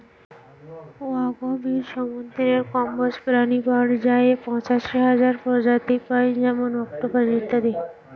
অগভীর সমুদ্রের কম্বজ প্রাণী পর্যায়ে পঁচাশি হাজার প্রজাতি পাই যেমন অক্টোপাস ইত্যাদি